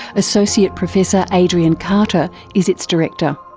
associate professor adrian carter is its director.